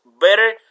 better